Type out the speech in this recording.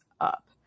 up